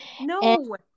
No